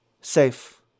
safe